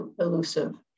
elusive